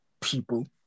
people